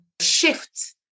shift